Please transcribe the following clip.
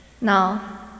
Now